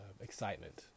excitement